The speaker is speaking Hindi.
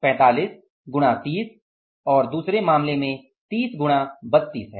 45 गुणा 30 और दूसरे मामले में 30 गुणा 32 है